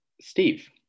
Steve